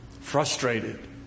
frustrated